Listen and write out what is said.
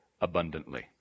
abundantly